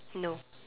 no